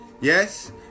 Yes